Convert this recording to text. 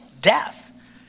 death